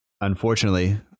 unfortunately